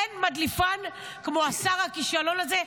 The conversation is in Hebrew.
אין מדליפן כמו השר הכישלון הזה,